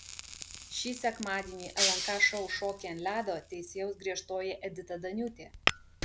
šį sekmadienį lnk šou šokiai ant ledo teisėjaus griežtoji edita daniūtė